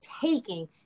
taking